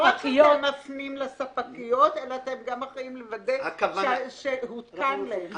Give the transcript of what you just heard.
לא רק שאתם מפנים לספקיות אלא אתם גם אחראים לוודא שהותקן להם.